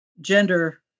gender